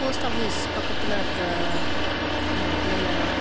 post office பக்கத்தில் இருக்க ஏரியாதான்